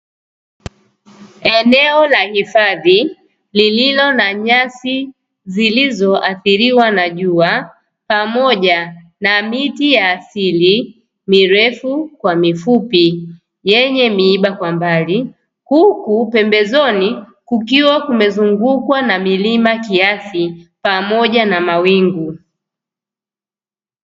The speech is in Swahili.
Eneo la hifadhi, lililo na nyasi zilizoathiriwa na jua pamoja na miti ya asili mirefu kwa mifupi yenye miiba kwa mbali, huku pembezoni kukiwa kumezungukwa na milima kiasi pamoja na mawingu.